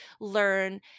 learn